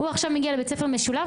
הוא עכשיו מגיע לבית ספר משולב,